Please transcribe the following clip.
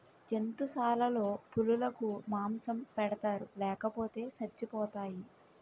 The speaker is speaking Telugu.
జంతుశాలలో పులులకు మాంసం పెడతారు లేపోతే సచ్చిపోతాయి